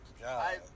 God